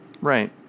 Right